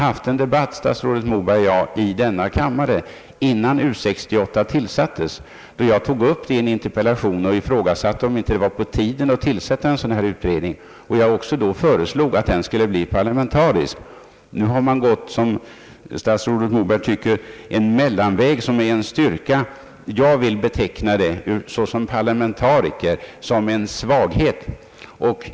Statsrådet Moberg och jag har debatterat denna fråga i kammaren innan U 68 tillsattes. Jag ifrågasatte i en interpellation om det inte var på tiden att tillsätta en parlamentarisk utredning. Nu har man, enligt statsrådet Moberg, gått en medelväg, vilket han betecknar som en styrka. Jag vill såsom parlamentariker beteckna det som en svaghet.